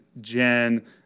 Jen